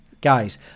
guys